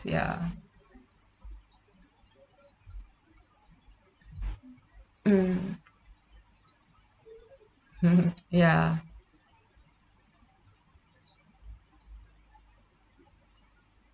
ya mm ya